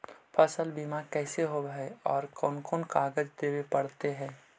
फसल बिमा कैसे होब है और कोन कोन कागज देबे पड़तै है?